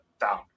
down